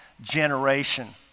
generation